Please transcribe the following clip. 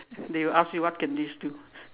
they will ask you what can this do